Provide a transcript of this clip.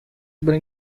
been